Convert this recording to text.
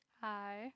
hi